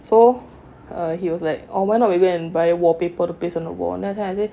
so err he was like or why not we go and buy wallpaper and paste on the wall then I say